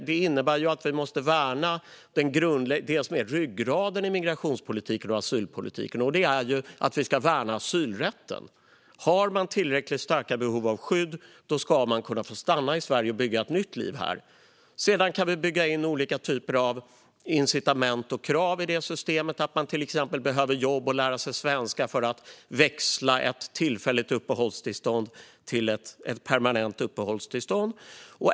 Det innebär att vi måste värna det som är ryggraden i migrationspolitiken och asylpolitiken, nämligen att vi ska värna asylrätten. Har man tillräckligt starkt behov av skydd ska man kunna få stanna i Sverige och bygga ett nytt liv här. Sedan kan vi bygga in olika typer av incitament och krav i systemet, till exempel att man behöver ha ett jobb och lära sig svenska för att ett tillfälligt uppehållstillstånd ska kunna bli ett permanent uppehållstillstånd.